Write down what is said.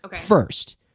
first